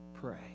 pray